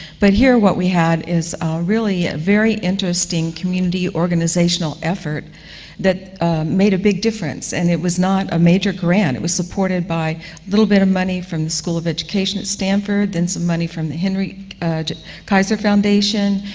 but here what we have is really a very interesting community organizational effort that made a big difference, and it was not a major grant. it was supported by a little bit of money from the school of education at stanford, then some money from the henry kaiser foundation,